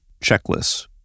checklists